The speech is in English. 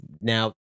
Now